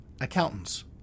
accountants